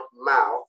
mouth